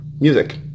music